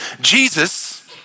Jesus